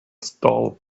stall